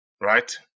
right